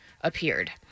appeared